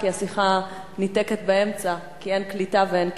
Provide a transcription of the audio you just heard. כי השיחה ניתקת באמצע כי אין קליטה ואין כיסוי.